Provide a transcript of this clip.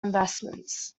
investments